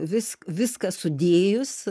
visk viską sudėjus